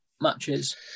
matches